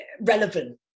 relevant